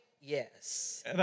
yes